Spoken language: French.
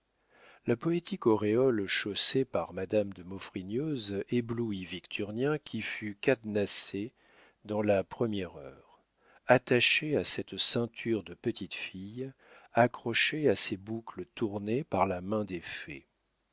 la poétique auréole chaussée par madame de maufrigneuse éblouit victurnien qui fut cadenassé dans la première heure attaché à cette ceinture de petite fille accroché à ces boucles tournées par la main